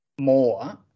more